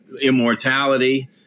immortality